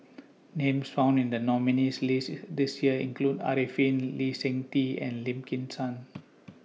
Names found in The nominees' list This Year include Arifin Lee Seng Tee and Lim Kim San